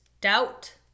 doubt